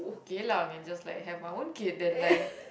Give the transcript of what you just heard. Geylang and just like have my own kid then like